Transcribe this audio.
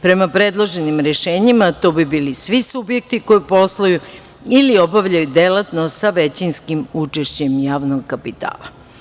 Prema predloženim rešenjima, to bi bili svi subjekti koji posluju ili obavljaju delatnost sa većinskim učešćem javnog kapitala.